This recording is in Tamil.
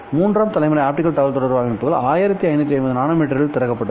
மூன்றாம் தலைமுறை ஆப்டிகல் தகவல்தொடர்பு அமைப்புகள் 1550 நானோமீட்டரில் திறக்கப்பட்டது